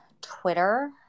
Twitter